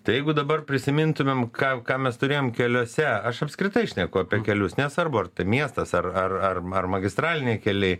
tai jeigu dabar prisimintumėm ką ką mes turėjom keliuose aš apskritai šneku apie kelius nesvarbu ar miestas ar ar ar ar magistraliniai keliai